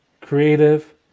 creative